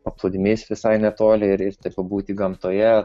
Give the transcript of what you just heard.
paplūdimys visai netoli ir taip pabūti gamtoje